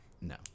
No